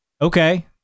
okay